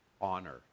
honor